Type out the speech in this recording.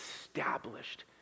established